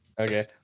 Okay